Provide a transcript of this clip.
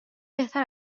بهتر